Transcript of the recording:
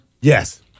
Yes